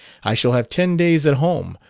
i shall have ten days at home,